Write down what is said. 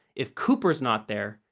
if cooper's not there,